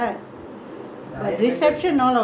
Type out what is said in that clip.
we had the oonjal there what at the garden there